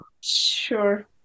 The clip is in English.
Sure